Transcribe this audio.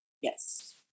Yes